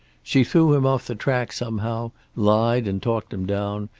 she threw him off the track somehow, lied and talked him down,